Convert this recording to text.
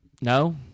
No